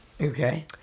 Okay